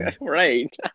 Right